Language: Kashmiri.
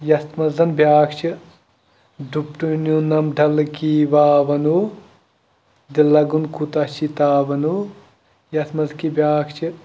یَتھ منٛز زَن بیٛاکھ چھِ ڈُپٹہ نیونَم ڈَل کی واو وَنو دِل لَگُن کوٗتاہ چھِ تاوَنَو یَتھ منٛز کہِ بیاکھ چھِ